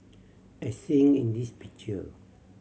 as seen in this picture